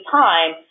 time